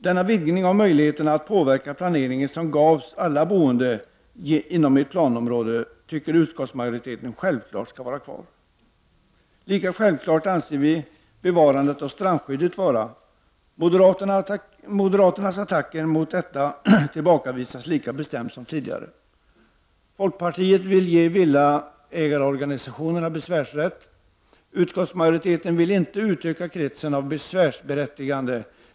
Den vidgning av möjligheterna att påverka planeringen som gavs alla boende inom ett planområde tycker utskottsmajoriteten självfallet skall vara kvar. Lika självklart anser vi bevarandet av strandskyddet vara. Moderaternas attacker mot detta tillbakavisas lika bestämt som tidigare. Folkpartiet vill ge villaägarorganisationerna besvärsrätt. Utskottsmajoriteten vill inte utöka kretsen av besvärsberättigade.